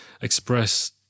express